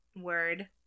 word